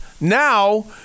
now